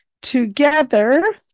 together